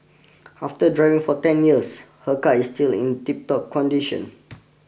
after driving for ten years her car is still in tiptop condition